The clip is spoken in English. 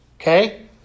okay